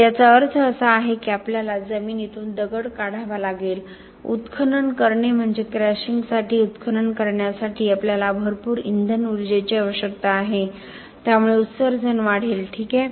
तर याचा अर्थ असा आहे की आपल्याला जमिनीतून दगड काढावा लागेल उत्खनन करणे म्हणजे क्रशिंगसाठी उत्खनन करण्यासाठी आपल्याला भरपूर इंधन उर्जेची आवश्यकता आहे त्यामुळे उत्सर्जन वाढेल ठीक आहे